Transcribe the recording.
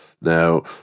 Now